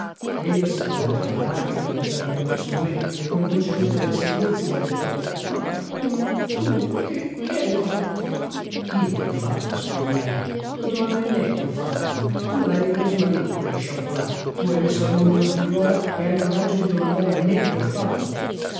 si provò tra le lagrime ad alzar gli occhi su me e con voce rotta dai singhiozzi balbettò ma come tu che che hai fatto io che ho fatto sogghignai lo domandi a me che ho fatto tu hai ripreso marito quello sciocco là tu hai messo al mondo una figliuola e hai il coraggio di domandare a me che ho fatto